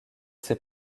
ses